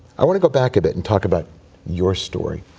i want to go back a bit and talk about your story.